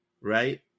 right